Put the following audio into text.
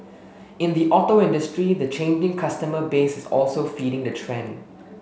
in the auto industry the changing customer base is also feeding the trend